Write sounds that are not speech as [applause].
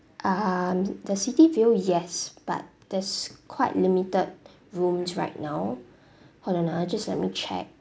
um the city view yes but there's quite limited rooms right now [breath] hold on ah just let me check